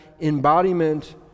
embodiment